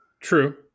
True